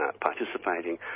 Participating